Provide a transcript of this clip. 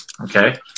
Okay